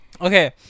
Okay